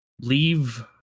leave